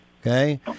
Okay